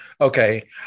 Okay